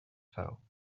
fell